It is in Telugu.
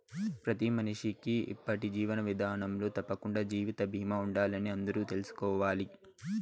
ప్రతి మనిషికీ ఇప్పటి జీవన విదానంలో తప్పకండా జీవిత బీమా ఉండాలని అందరూ తెల్సుకోవాలి